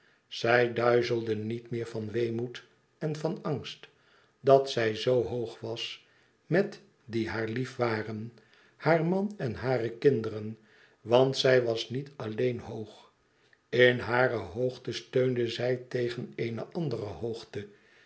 zij duizelde niet meer van weemoed en van angst dat zij zoo hoog was met die haar lief waren haar man en hare kinderen want zij was niet alleén hoog in hare hoogte steunde zij tegen eene andere hoogte